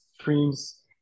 streams